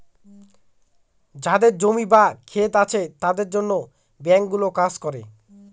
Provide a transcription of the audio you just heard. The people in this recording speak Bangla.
যাদের জমি বা ক্ষেত আছে তাদের জন্য ব্যাঙ্কগুলো কাজ করে